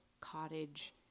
cottage